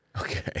Okay